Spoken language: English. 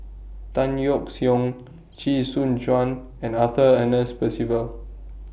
Tan Yeok Seong Chee Soon Juan and Arthur Ernest Percival